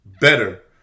better